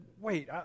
wait